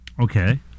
Okay